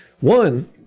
One